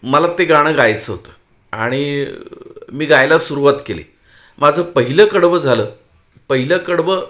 मला ते गाणं गायचं होतं आणि मी गायला सुरवात केली माझं पहिलं कडवं झालं पहिलं कडवं